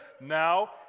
Now